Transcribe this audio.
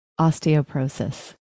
osteoporosis